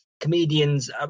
comedians